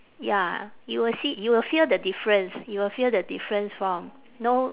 ya you will see you will feel the difference you will feel the difference from no